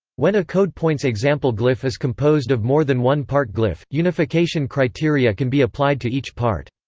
when a code point's example glyph is composed of more than one part glyph, unification criteria can be applied to each part.